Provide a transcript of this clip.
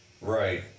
right